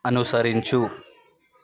అనుసరించు